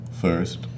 first